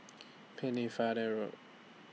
Pennefather Road